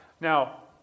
Now